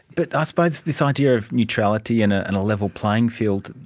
but i suppose this idea of neutrality and a and a level playing field,